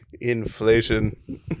Inflation